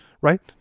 right